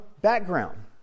background